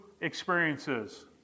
experiences